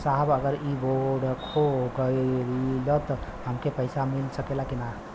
साहब अगर इ बोडखो गईलतऽ हमके पैसा मिल सकेला की ना?